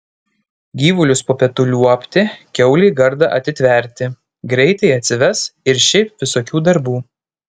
gyvulius po pietų liuobti kiaulei gardą atitverti greitai atsives ir šiaip visokių darbų